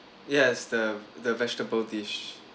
yes the the vegetable dish